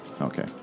Okay